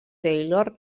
taylor